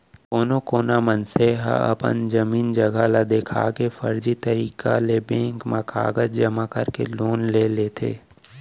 कोनो कोना मनसे ह अपन जमीन जघा ल देखा के फरजी तरीका ले बेंक म कागज जमा करके लोन ले लेथे